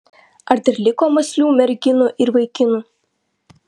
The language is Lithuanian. ar dar liko mąslių merginų ir vaikinų